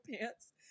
pants